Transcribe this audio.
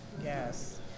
Yes